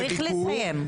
צריך לסיים.